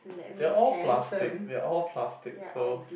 they're all plastic they're all plastic so